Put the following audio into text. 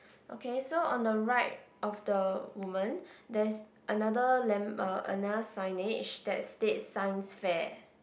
okay so on the right of the woman there's another lam~ another signage that states science fair